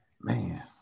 Man